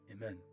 Amen